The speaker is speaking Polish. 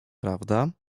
prawda